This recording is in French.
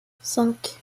cinq